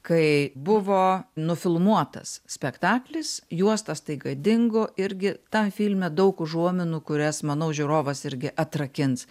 kai buvo nufilmuotas spektaklis juosta staiga dingo irgi tam filme daug užuominų kurias manau žiūrovas irgi atrakins